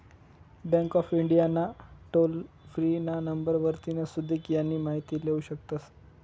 bank of India ना toll free ना number वरतीन सुदीक यानी माहिती लेवू शकतस